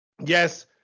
Yes